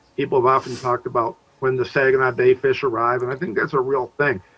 people have often talked about when the saginaw bay fish arrive. and i think that's a real thing.